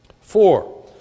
Four